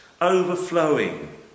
overflowing